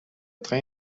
train